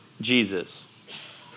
Jesus